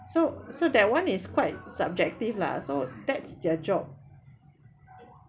so so that [one] is quite subjective lah so that's their job